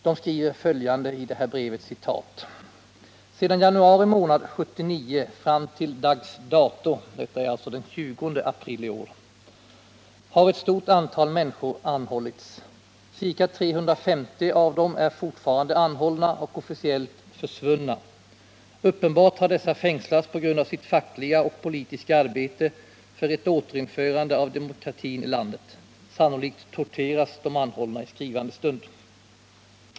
Man skriver följande: ”Sedan januari månad 1979 fram till dags dato har ett stort antal människor anhållits. Ca 350 av dem är fortfarande anhållna och officiellt ”försvunna”. Uppenbart har dessa fängslats p. g. a. sitt fackliga och politiska arbete för ett återinförande av demokratin i landet. Sannolikt torteras de anhållna i skrivande stund.